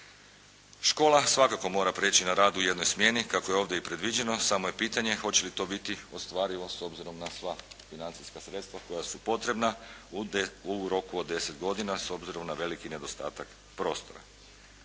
Škola svakako mora prijeći na rad u jednoj smjeni, kako je ovdje i predviđeno, samo je pitanje hoće li to biti ostvarivo s obzirom na sva financijska sredstva koja su potrebna u roku od 10 godina s obzirom na veliki nedostatak prostora.